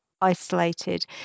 isolated